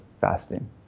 fasting